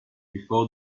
before